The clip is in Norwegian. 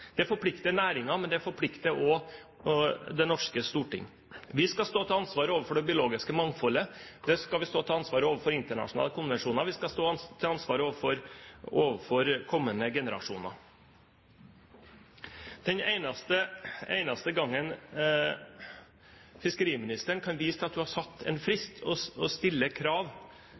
det forplikter næringen, men det forplikter også Det norske storting. Vi skal stå til ansvar overfor det biologiske mangfoldet og overfor internasjonale konvensjoner. Vi skal stå til ansvar overfor kommende generasjoner. Den eneste gangen fiskeriministeren kan vise til at hun har satt en frist